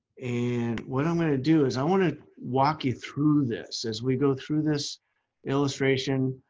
and what i'm going to do is i want to walk you through this as we go through this illustration,